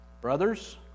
Brothers